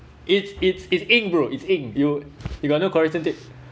it's it's it's ink bro it’s ink you you got no correction tape